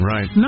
Right